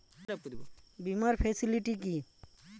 বীমার ফেসিলিটি কি?